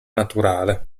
naturale